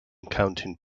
counting